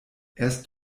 erst